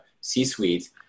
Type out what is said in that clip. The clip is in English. C-suite